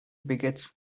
begets